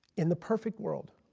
in the perfect world.